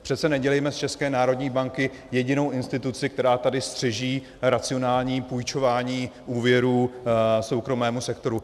Přece nedělejme z České národní banky jedinou instituci, která tady střeží racionální půjčování úvěrů soukromému sektoru.